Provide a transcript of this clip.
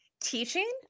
teaching